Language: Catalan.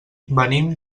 venim